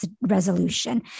resolution